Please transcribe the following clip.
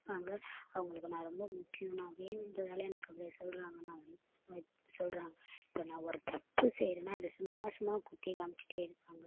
அவங்களுக்கு நான் ரொம்ப முக்கியம் நான் வேணுகிறதால எனக்கு அப்படி சொல்கிறாங்கதான் சொல்கிறாங்க இப்போ நான் ஒரு தப்பு செய்கிறேன்னா அதை சும்மா சும்மா குத்தி காமிச்சிட்டே இருப்பாங்க